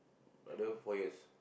although four years